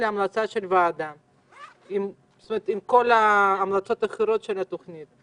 להמלצות הוועדה יחד עם כל ההמלצות האחרות של התוכנית.